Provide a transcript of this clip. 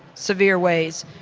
severe ways,